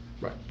Right